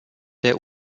der